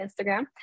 Instagram